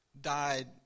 died